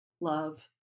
love